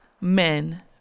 men